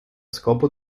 scopo